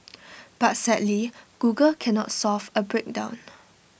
but sadly Google cannot solve A breakdown